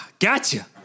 Gotcha